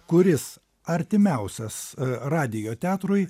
kuris artimiausias radijo teatrui